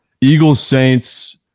Eagles-Saints